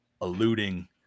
alluding